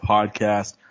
Podcast